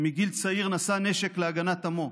שמגיל צעיר נשא נשק להגנת עמו,